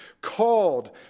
called